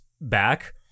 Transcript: back